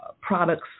products